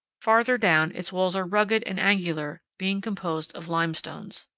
farther down, its walls are rugged and angular, being composed of limestones.